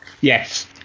Yes